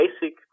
basic